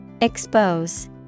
Expose